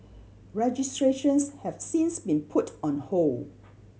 registrations have since been put on hold